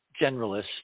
generalist